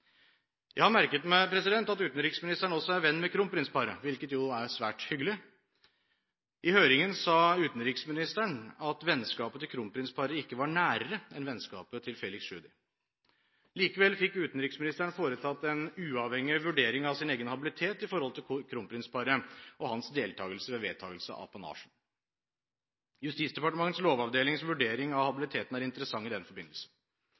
Jeg har merket meg at utenriksministeren også er venn av kronprinsparet – hvilket er svært hyggelig. I høringen sa utenriksministeren at vennskapet til kronprinsparet ikke var nærere enn vennskapet til Felix Tschudi. Likevel fikk utenriksministeren foretatt en uavhengig vurdering av sin egen habilitet når det gjelder kronprinsparet og sin deltakelse ved vedtakelse av apanasjen. Justisdepartementets lovavdelings vurdering av habiliteten er interessant i den forbindelse.